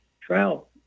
trial